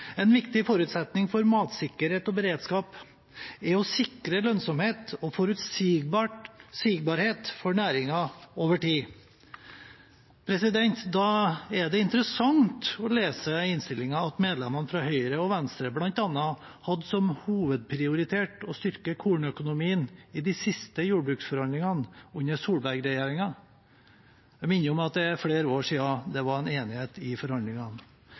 En viktig forutsetning for matsikkerhet og beredskap er å sikre lønnsomhet og forutsigbarhet for næringen over tid. Da er det interessant å lese i innstillingen at medlemmene fra Høyre og Venstre bl.a. hadde som hovedprioritet å styrke kornøkonomien i de siste jordbruksforhandlingene under Solberg-regjeringen. Jeg minner om at det er flere år siden det var enighet i forhandlingene.